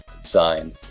Sign